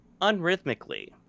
unrhythmically